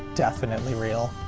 definitely real.